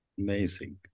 Amazing